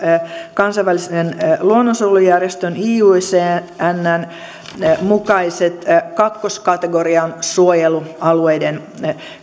kansainvälisen luonnonsuojelujärjestön iucnn mukaiset kakkoskategorian suojelualueiden